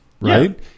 right